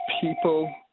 people